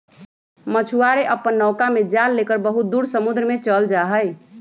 मछुआरे अपन नौका में जाल लेकर बहुत दूर समुद्र में चल जाहई